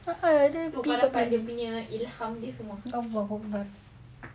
a'ah lah dia pee allahu akbar